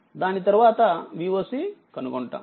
దాని తర్వాత Voc కనుగొంటాము